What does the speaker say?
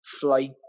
Flight